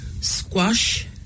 squash